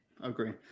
agree